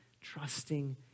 trusting